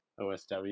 OSW